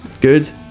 good